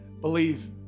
Believe